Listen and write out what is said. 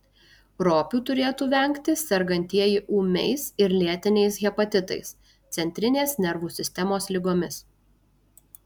ropių turėtų vengti sergantieji ūmiais ir lėtiniais hepatitais centrinės nervų sistemos ligomis